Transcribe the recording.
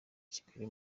kigali